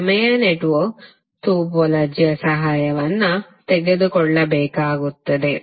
ಪ್ರಮೇಯ ನೆಟ್ವರ್ಕ್ ಟೋಪೋಲಜಿಯ ಸಹಾಯವನ್ನು ತೆಗೆದುಕೊಳ್ಳಬೇಕಾಗುತ್ತದೆ